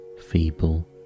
feeble